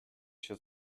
się